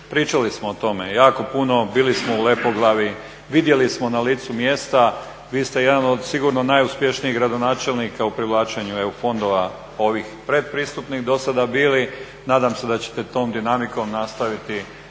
nadoknaditi. Jako puno, bili smo u Lepoglavi, vidjeli smo na licu mjesta, vi ste jedan od sigurno najuspješnijih gradonačelnika u privlačenju EU fondova ovih pretpristupnih dosada bili, nadam se da ćete tom dinamikom nastaviti